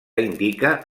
indica